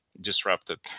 disrupted